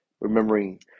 remembering